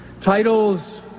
Titles